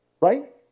right